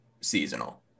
seasonal